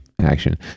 action